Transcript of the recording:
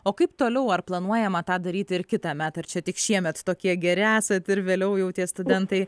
o kaip toliau ar planuojama tą daryti ir kitąmet ar čia tik šiemet tokie geri esat ir vėliau jau tie studentai